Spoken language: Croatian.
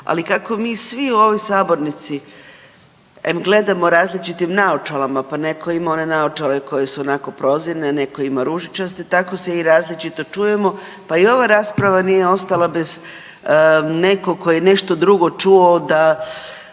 ali kako mi svi u ovoj sabornici em gledamo različitim naočalama pa neko ima one naočale koje su onako prozirne, neko ima ružičaste tako se i različito čujemo pa i ova rasprava nije ostala bez nekog tko je nešto drugo čuo da